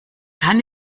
kann